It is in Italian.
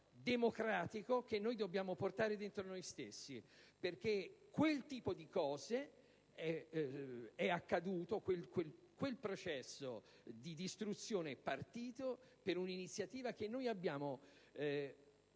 democratico che dobbiamo portare dentro noi stessi: perché quel tipo di cose è accaduto, quel processo di distruzione è partito per un'iniziativa che noi abbiamo